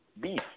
beef